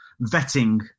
vetting